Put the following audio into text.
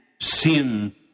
sin